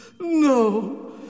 No